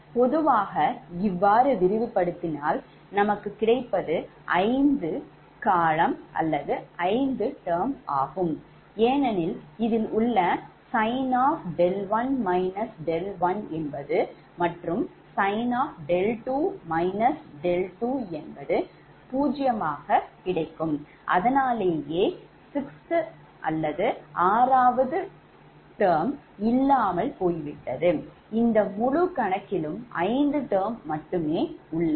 பொதுவாக இவ்வாறு விரிவுபடுத்தினால் நமக்கு கிடைப்பது ஐந்து term ஆகும் ஏனெனில் இதில் உள்ள sin0 sin0 அதனாலேயே 6 term இல்லாமல் போய்விட்டது இந்த முழு கணக்கிலும் 5 term மட்டுமே உள்ளன